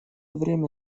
время